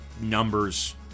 numbers